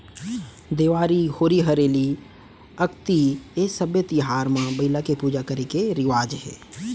देवारी, होरी हरेली, अक्ती ए सब्बे तिहार म बइला के पूजा करे के रिवाज हे